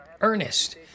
Ernest